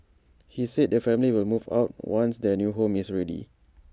he said the family will move out once their new home is ready